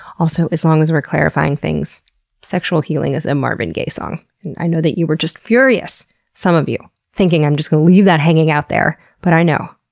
also, as long as we're clarifying things sexual healing is a marvin gaye song, and i know that you were just furious some of you thinking i'm just going to leave that hanging out there, but i know,